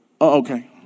Okay